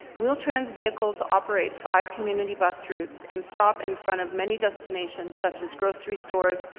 wheel-trans vehicles operate five community bus routes and stop in front of many destinations such as grocery stores,